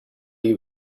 you